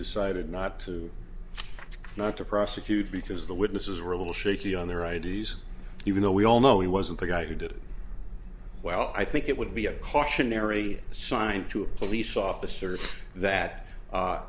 decided not to not to prosecute because the witnesses were a little shaky on their ids even though we all know he wasn't the guy who did well i think it would be a cautionary sign to a police officer that